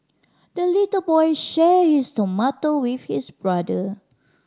the little boy shared his tomato with his brother